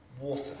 water